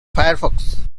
firefox